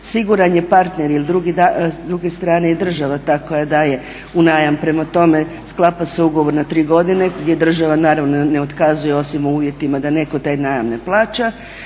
siguran je partner jel s druge strane je država ta koja daje u najam, prema tome sklapa se ugovor na tri godine gdje država ne otkazuje osim u uvjetima da neko taj najam ne plaća.